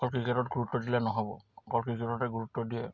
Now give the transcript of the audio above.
অকল ক্ৰিকেটত গুৰুত্ব দিলে নহ'ব অকল ক্ৰিকেটতে গুৰুত্ব দিয়ে